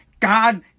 God